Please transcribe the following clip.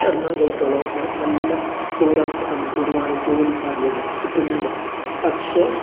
എറണാകുളത്തോ നല്ല ബഹുരാഷ്ട്ര കമ്പനികൾ ഒരുപാട് ജോലി സാദ്ധ്യതകളൊക്കെ കിട്ടുന്നുണ്ട് പക്ഷേ